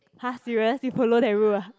!huh! serious you follow that rule ah